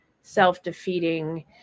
self-defeating